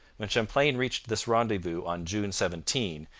when champlain reached this rendezvous on june seventeen,